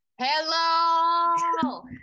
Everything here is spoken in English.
hello